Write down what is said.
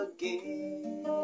again